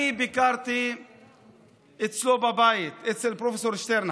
אני ביקרתי אצלו בבית, אצל פרופ' שטרנהל,